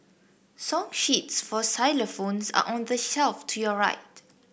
song sheets for xylophones are on the shelf to your right